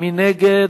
מי נגד?